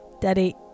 Daddy